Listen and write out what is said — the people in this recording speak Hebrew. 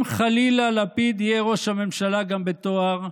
אם חלילה לפיד יהיה ראש הממשלה גם בתואר,